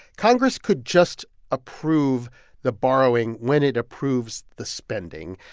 congress could just approve the borrowing when it approves the spending.